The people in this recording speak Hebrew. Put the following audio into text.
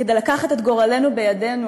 כדי לקחת את גורלנו בידינו